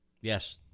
Yes